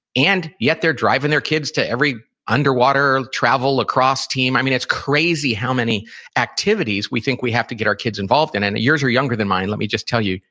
and yet they're driving their kids to every underwater travel lacrosse team. i mean, it's crazy how many activities we think we have to get our kids involved in. and yours are younger than mine, let me just tell you,